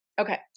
Okay